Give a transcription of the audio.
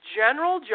general